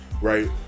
right